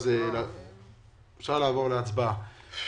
אפשר לעבור להצבעה.